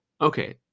Okay